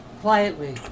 Quietly